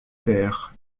taire